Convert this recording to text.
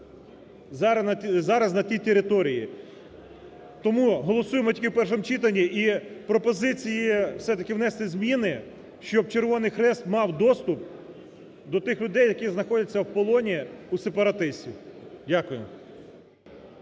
зараз на ті території. Тому голосуємо тільки в першому читанні і пропозиції все-таки внести зміни, щоб Червоний Хрест мав доступ до тих людей, які знаходяться в полоні у сепаратистів. Дякую.